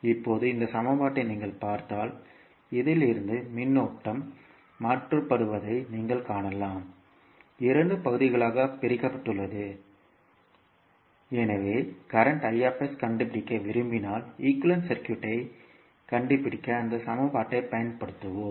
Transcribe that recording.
இப்போது இந்த சமன்பாட்டை நீங்கள் பார்த்தால் இதிலிருந்து மின்னோட்டம் மாற்றப்படுவதை நீங்கள் காணலாம் இரண்டு பகுதிகளாகப் பிரிக்கப்பட்டுள்ளது எனவே current கண்டுபிடிக்க விரும்பினால் ஈக்குவேலன்ட் சர்க்யூட்டை கண்டுபிடிக்க அந்த சமன்பாட்டைப் பயன்படுத்துவோம்